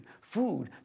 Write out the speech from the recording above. food